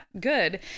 good